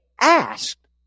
asked